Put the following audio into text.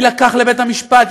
יילקח לבית משפט,